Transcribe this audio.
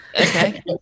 Okay